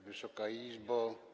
Wysoka Izbo!